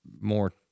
more